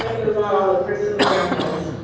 i'll look for so examples.